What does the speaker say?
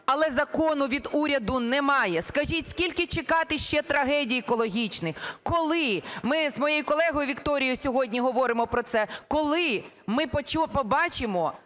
Але закону від уряду немає. Скажіть скільки чекати ще трагедій екологічних? Коли? Ми з моєю колегою Вікторією сьогодні говоримо про це. Коли ми побачимо